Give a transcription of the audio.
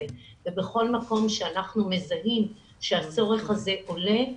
ובכל מקום שאנחנו מזהים שהצורך הזה עולה,